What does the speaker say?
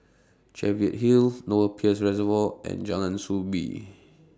Cheviot Hill Lower Peirce Reservoir and Jalan Soo Bee